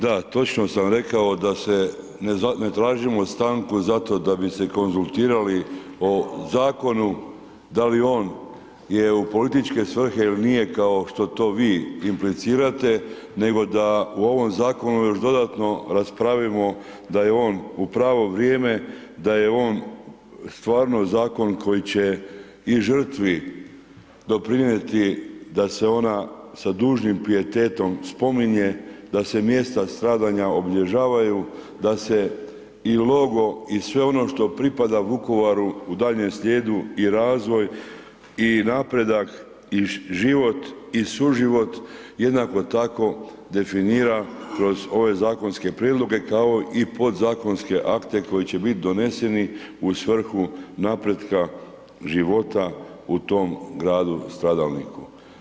Da točno sam rekao da se ne tražimo stanku zato da bi se konzultirali o zakonu da li on je u političke svrhe ili nije kao što to vi implicirate nego da u ovom zakonu još dodatno raspravimo da je on u pravo vrijeme, da je on stvarno zakon koji će i žrtvi doprinijeti da se ona sa dužnim pijetetom spominje, da se mjesta stradanja obilježavaju, da se i logo i sve ono što pripada Vukovaru u daljnjem slijedu i razvoj i napredak i život i suživot jednako tako definira kroz ove zakonske prijedloge kao i podzakonske akte koji će biti doneseni u svrhu napretka života u tom gradu stradalniku.